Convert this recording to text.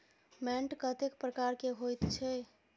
मैंट कतेक प्रकार के होयत छै?